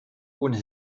ohne